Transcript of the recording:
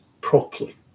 properly